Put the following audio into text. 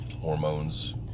hormones